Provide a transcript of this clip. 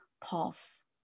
pulse